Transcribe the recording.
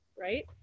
right